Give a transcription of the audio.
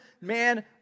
Man